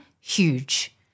huge